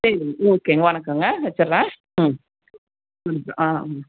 சரிங்க ஓகேங்க வணக்கங்க வச்சுட்றேன் ம் ம் ஆ ம்